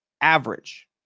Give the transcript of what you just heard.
average